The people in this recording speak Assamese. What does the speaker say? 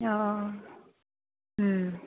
অঁ